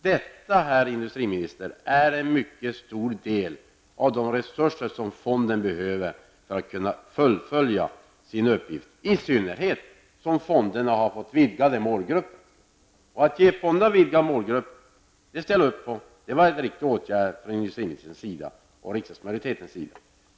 Detta, herr industriminister, är en mycket stor del av de resurser som fonden behöver för att kunna fullfölja sin uppgift, i synnerhet som fonderna har fått vidgade målgrupper. Vi ställer upp på att ge fonderna vidgade målgrupper. Det var en riktig åtgärd från industriministerns sida.